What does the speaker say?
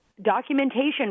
documentation